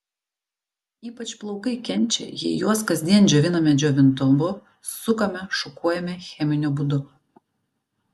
ypač plaukai kenčia jei juos kasdien džioviname džiovintuvu sukame šukuojame cheminiu būdu